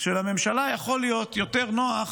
שלממשלה יכול להיות יותר נוח